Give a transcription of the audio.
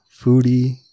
foodie